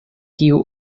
kiu